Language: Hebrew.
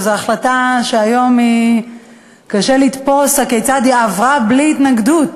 שהיום קשה לתפוס כיצד היא עברה בלי התנגדות.